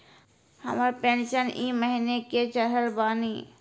हमर पेंशन ई महीने के चढ़लऽ बानी?